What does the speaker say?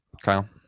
Kyle